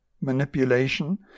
manipulation